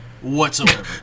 whatsoever